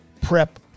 prep